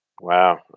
Wow